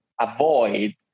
avoid